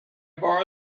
borrow